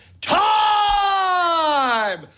time